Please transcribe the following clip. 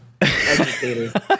educator